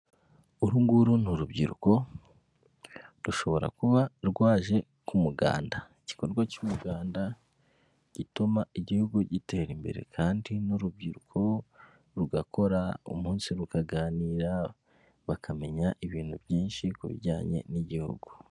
Uru nguru ni urubyiruko rushobora kuba rwaje ku muganda, igikorwa cy'umuganda gituma igihugu gitera imbere kandi n'urubyiruko rugakora umunsi rukaganira bakamenya ibintu byinshi ku bijyanye n'igihugu.